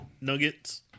nuggets